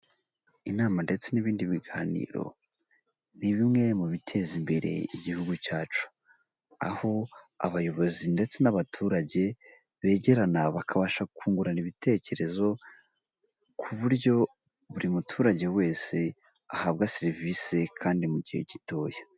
Inama ndetse n'ibindi biganiro ni bimwe mu biteza imbere igihugu cyacu, aho abayobozi ndetse n'abaturage begerana bakabasha kungurana ibitekerezo ku buryo buri muturage wese ahabwa serivisi kandi mu gihe gitoya.